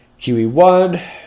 QE1